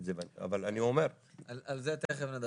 אבל אני אומר -- על זה תיכף נדבר.